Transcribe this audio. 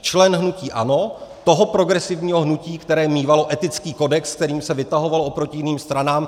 Člen hnutí ANO, toho progresivního hnutí, které mívalo etický kodex, kterým se vytahovalo oproti jiným stranám.